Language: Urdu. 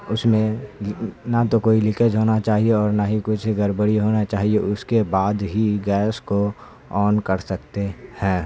اس میں نہ تو کوئی لیکیج ہونا چاہیے اور نہ ہی کچھ گڑبڑی ہونا چاہیے اس کے بعد ہی گیس کو آن کر سکتے ہیں